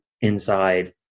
inside